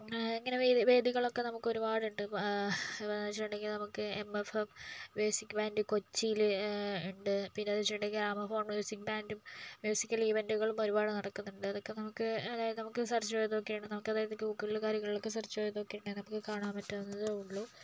ഇങ്ങനെ വേദികളൊക്ക നമുക്കൊരുപാടുണ്ട് വെച്ചിട്ടുണ്ടെങ്കിൽ നമുക്ക് M F M basic band കൊച്ചിയിൽ ഉണ്ട് പിന്നെയെന്ന് വെച്ചിട്ടുണ്ടെങ്കിൽ ആമഫോൺ മ്യൂസിക് ബാൻഡും മ്യൂസിക്കൽ ഈവൻറ്കളും ഒരുപാട് നടക്കുന്നുണ്ട് ഇതൊക്കെ നമുക്ക് അതായത് നമുക്ക് സെർച്ച് ചെയ്ത് നോക്കുകയാണെങ്കിൽ നമുക്ക് അതായത് ഗൂഗിളിൽ കാര്യങ്ങളിലൊക്കെ സെർച്ച് ചെയ്ത് നോക്കുകയാണെങ്കിൽ നമുക്ക് കാണാൻ പറ്റാവുന്നതേ ഉള്ളൂ